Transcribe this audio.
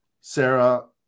Sarah